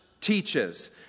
teaches